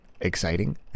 exciting